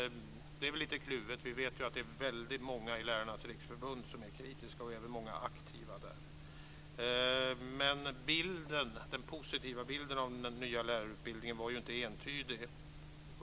Det är lite kluvet. Vi vet att det är väldigt många i Lärarnas Riksförbund, och även många aktiva där, som är kritiska. Den positiva bilden av den nya lärarutbildningen var inte entydig.